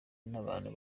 n’abantu